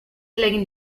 legen